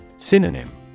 Synonym